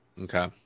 Okay